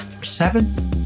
seven